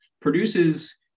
produces